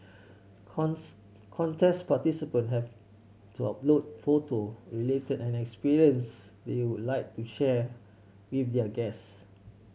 contests participants have to upload photo related an experience they would like to share with their guest